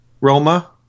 Roma